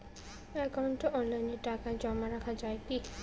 একাউন্টে অনলাইনে টাকা জমা রাখা য়ায় কি?